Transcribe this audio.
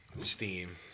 Steam